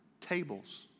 tables